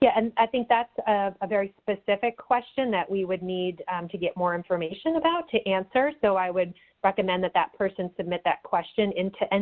yeah and i think that's a very specific question that we would need to get more information about to answer. so, i would recommend that that person submit that question into and